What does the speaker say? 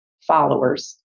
followers